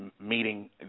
meeting